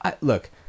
Look